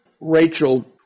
Rachel